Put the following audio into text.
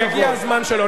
אז כשיגיע הזמן שלו.